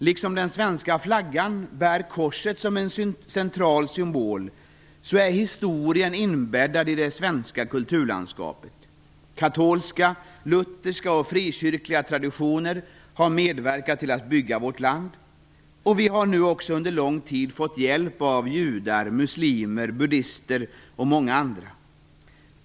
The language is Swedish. Liksom den svenska flaggan bär korset som en central symbol, är historien inbäddad i det svenska kulturlandskapet. Katolska, lutherska och frikyrkliga traditioner har medverkat till att bygga vårt land. Vi har nu också under lång tid fått hjälp av judar, muslimer, buddhister och många andra.